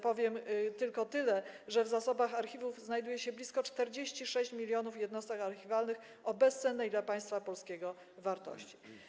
Powiem więc tylko tyle, że w zasobach archiwów znajduje się blisko 46 mln jednostek archiwalnych o bezcennej dla państwa polskiego wartości.